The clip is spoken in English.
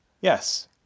Yes